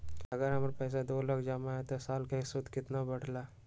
अगर हमर पैसा दो लाख जमा है त साल के सूद केतना बढेला?